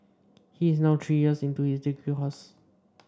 he is now three years into his degree course